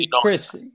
Chris